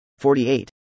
48